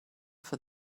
for